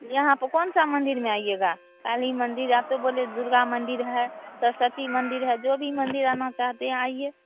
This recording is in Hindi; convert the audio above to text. यहाँ पर कौन सा मन्दिर में आइएगा काली मन्दिर आप तो बोले दुर्गा मन्दिर है सरस्वती मन्दिर है जो भी मन्दिर आना चाहते हैं आइए